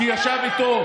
כי ישב איתו.